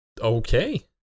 Okay